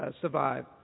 survive